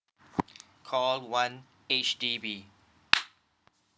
call one H_D_B